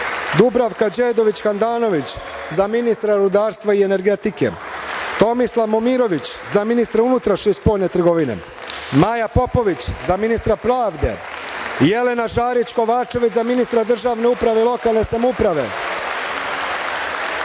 Dubravka Đedović Handanović, za ministra rudarstva i energetike; Tomislav Momirović, za ministra unutrašnje i spoljne trgovine; Maja Popović, za ministra pravde; Jelena Žarić Kovačević, za ministra državne uprave i lokalne samouprave;